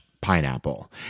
pineapple